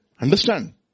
Understand